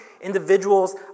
individuals